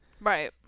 Right